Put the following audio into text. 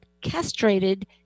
castrated